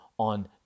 on